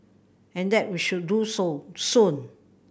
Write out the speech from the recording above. and that we should do so soon